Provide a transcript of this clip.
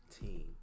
team